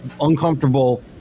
uncomfortable